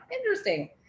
interesting